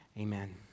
Amen